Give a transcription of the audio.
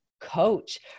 coach